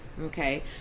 Okay